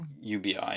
ubi